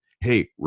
Hey